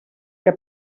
que